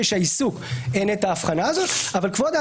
לדעתנו ההצעה הזאת חורגת משמעותית מהמודלים האחרים שהוצעו לאורך השנים,